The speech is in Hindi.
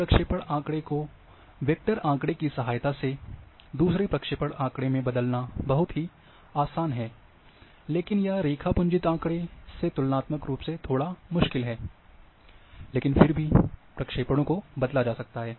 एक प्रक्षेपण आँकड़े को वेक्टर आँकड़े की सहायता से दूसरे प्रक्षेपण आँकड़े में बदलना बहुत ही आसान है लेकिन यह रेखापुंजित आँकड़े से तुलनात्मक रूप से थोड़ा मुश्किल है लेकिन फिर भी प्रक्षेपणों को बदला जा सकता है